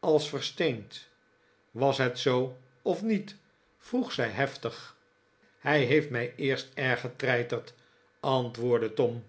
als versteend was het zoo of niet vroeg zij heftig f hij heeft mij e erst erg getreiterd antwoordde tom